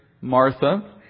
Martha